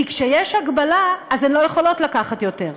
כי כשיש הגבלה הן לא יכולות לקחת יותר.